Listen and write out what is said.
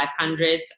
500s